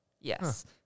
Yes